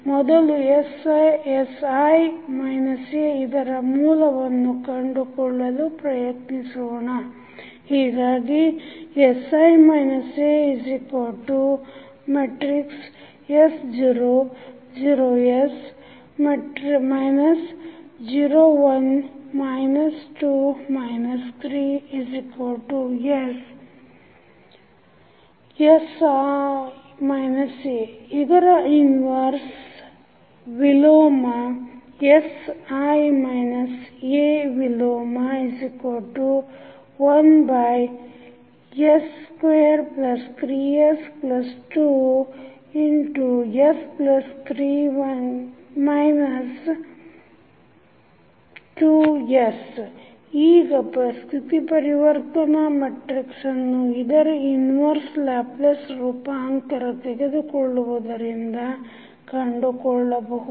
ಮೊದಲು sI A ಇದರ ಮೂಲವನ್ನು ಕಂಡು ಕೊಳ್ಳಲು ಪ್ರಯತ್ನಿಸೋಣ ಹೀಗಾಗಿ sI As 0 0 s 0 1 2 3 s 1 2 s3 ಇದರ inverse sI A 11s23s2s3 1 2 s ಈಗ ಸ್ಥಿತಿ ಪರಿವರ್ತನಾ ಮೆಟ್ರಿಕ್ಸನ್ನು ಇದರ ಇನ್ವರ್ಸ ಲ್ಯಾಪ್ಲೇಸ್ ರೂಪಾಂತರ ತೆಗೆದುಕೊಳ್ಳುವದರಿಂದ ಕಂಡುಕೊಳ್ಳಬಹುದು